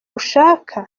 ushaka